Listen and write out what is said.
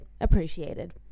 appreciated